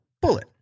bullet